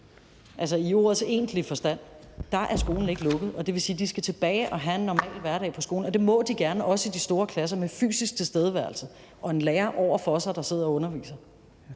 altså i ordets egentlige forstand, er skolen ikke lukket. Og det vil sige, at de skal tilbage og have en normal hverdag på skolen. Og det må de gerne, også i de store klasser, med fysisk tilstedeværelse og en lærer over for sig, der sidder og underviser.